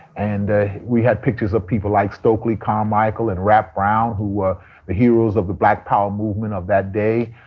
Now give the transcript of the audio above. and ah we had pictures of people like stokely carmichael and rap brown, who were the heroes of the black power movement of that day.